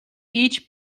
each